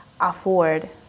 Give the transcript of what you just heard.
afford